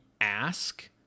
ask